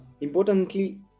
importantly